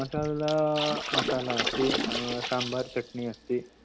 मसाला अस्ति साम्बार् चट्नी अस्ति